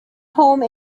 home